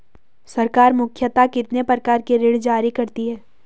सरकार मुख्यतः कितने प्रकार के ऋण जारी करती हैं?